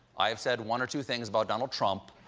i've said one or two things about donald trump,